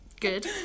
good